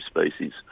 species